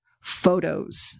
photos